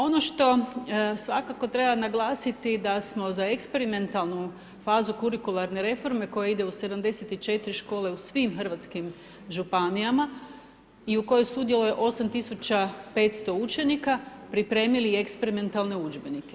Ono što svakako treba naglasiti, da smo za eksperimentalnu fazu kurikularne reforme koje ide u 74 škole u svim hrvatskim županijama i u kojoj sudjeluje 8500 učenika pripremili eksperimentalne udžbenike.